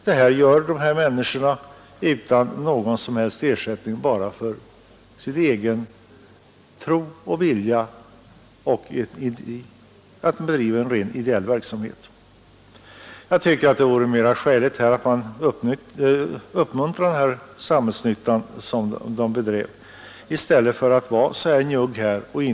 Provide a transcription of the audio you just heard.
Men dessa människor utför alltså arbetet utan någon som helst ersättning — de gör det bara för sin egen tros skull och på grund av en vilja att bedriva ideell verksamhet. Jag tycker att det vore mycket skäligt att man uppmuntrade denna samhällsnyttiga verksamhet i stället för att vara så njugg som man är.